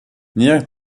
nějak